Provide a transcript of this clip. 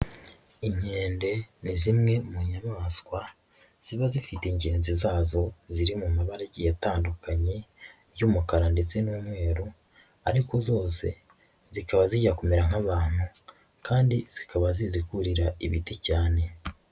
Inkende ni zimwe mu nyamaswa ziba zifite ngenzi zazo ziri mu mabara agiye atandukanye y'umukara ndetse n'umweru ariko zose zikaba zijya kumera nk'abantu kandi zikaba zizi kurira ibiti cyane.